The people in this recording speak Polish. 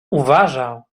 uważał